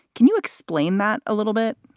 can you explain that a little bit?